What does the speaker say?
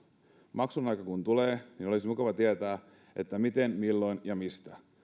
maksun aika kun tulee niin olisi mukava tietää miten milloin ja mistä